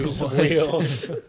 wheels